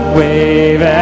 wave